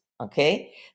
okay